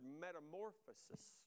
metamorphosis